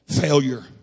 failure